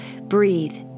breathe